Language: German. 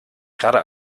gerade